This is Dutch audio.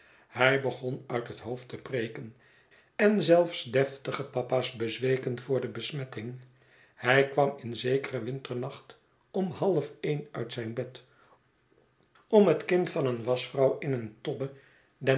hij begon uit het hoofd te preeken en zelfs deftige papa's bezweken voor de besmetting hij kwam in zekeren winternacht om half een uit zijn bed om het kind van een waschvrouw in een tobbe